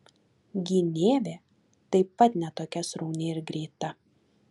gynėvė taip pat ne tokia srauni ir greita